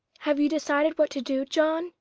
have you decided what to do, john?